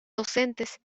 docentes